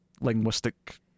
linguistic